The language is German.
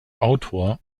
autor